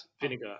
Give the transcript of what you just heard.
vinegar